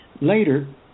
Later